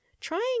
trying